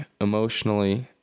emotionally